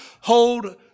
hold